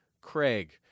Craig